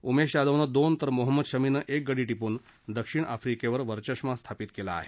उमेश यादववनं दोन तर मोहम्मद शमीनं एक गडी टिपून दक्षिण आफ्रिकेवर वरचष्मा स्थापित केला आहे